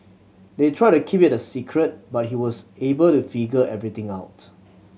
they tried to keep it a secret but he was able to figure everything out